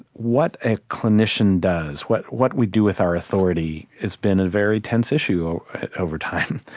what a clinician does, what what we do with our authority has been a very tense issue over time.